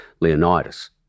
Leonidas